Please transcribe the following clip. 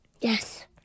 yes